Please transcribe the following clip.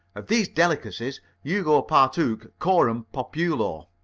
of these delicacies hugo partook coram populo.